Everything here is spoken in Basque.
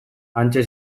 hantxe